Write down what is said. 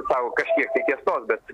sako kažkiek tai tiesos bet